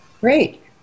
Great